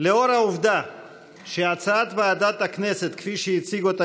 לאור העובדה שהצעת ועדת הכנסת כפי שהציג אותה